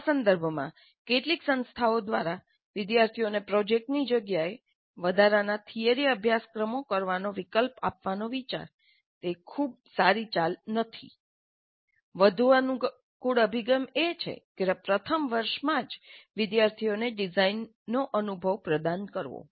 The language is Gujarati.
આ સંદર્ભમાં કેટલીક સંસ્થાઓ દ્વારા વિદ્યાર્થીઓને પ્રોજેક્ટની જગ્યાએ વધારાના થિયરી અભ્યાસક્રમો કરવાનો વિકલ્પ આપવાનો વિચાર તે ખૂબ સારી ચાલ નથી વધુ અનુકૂળ અભિગમ એ છે કે પ્રથમ વર્ષમાં જ વિદ્યાર્થીઓને ડિઝાઇનનો અનુભવ પ્રદાન કરવો